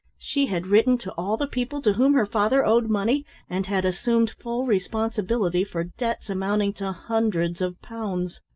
she had written to all the people to whom her father owed money and had assumed full responsibility for debts amounting to hundreds of pounds.